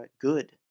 good